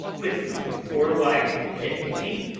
with my poor wife dead to me,